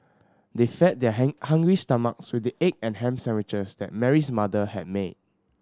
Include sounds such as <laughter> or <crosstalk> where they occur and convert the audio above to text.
they fed their <unintelligible> hungry stomachs with the egg and ham sandwiches that Mary's mother had made